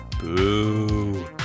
Boo